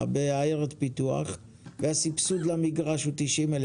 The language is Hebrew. בעיירת פיתוח כשהסבסוד למגרש הוא 90,000,